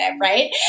right